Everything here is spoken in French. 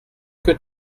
que